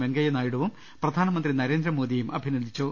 വെങ്കയ്യ നായിഡുവും പ്രധാനമന്ത്രി നരേന്ദ്രമോദിയും അഭിനന്ദിച്ചു